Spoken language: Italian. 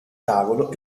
tavolo